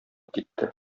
китте